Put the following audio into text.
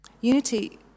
Unity